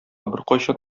беркайчан